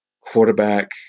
quarterback